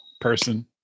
person